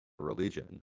Religion